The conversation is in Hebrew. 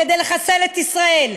כדי לחסל את ישראל.